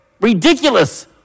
ridiculous